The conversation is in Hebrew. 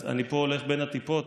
אני פה הולך בין הטיפות,